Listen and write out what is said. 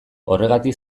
horregatik